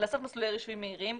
לעשות מסלולי רישוי מהירים.